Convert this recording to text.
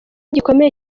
gikomeye